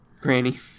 Granny